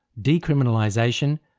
decriminalisation,